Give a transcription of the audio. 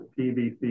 PVC